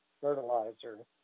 fertilizer